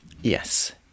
Yes